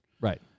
Right